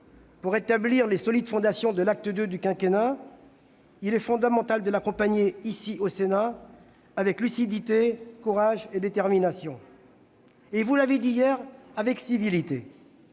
pour établir les solides fondations de l'acte II du quinquennat, il est fondamental de l'accompagner, ici au Sénat, avec lucidité, courage, détermination et, comme vous l'avez dit hier, civilité.